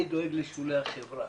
אני דואג לשולי החברה,